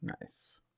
Nice